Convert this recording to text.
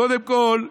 קודם כול,